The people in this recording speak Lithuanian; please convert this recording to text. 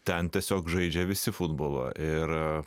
ten tiesiog žaidžia visi futbolą ir